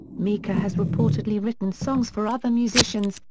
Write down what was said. mika has reportedly written songs for other musicians,